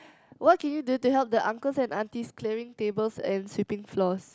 what can you do to help the uncles and aunties clearing tables and sweeping floors